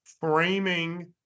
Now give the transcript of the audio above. framing